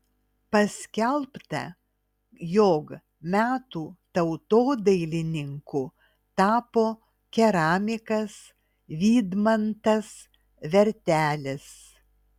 paskelbta jog metų tautodailininku tapo keramikas vydmantas vertelis